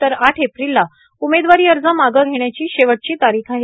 तर आठ एप्रिलला उमेदवारी अर्ज मागं घेण्याची शेवटची तारीख आहे